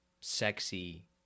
sexy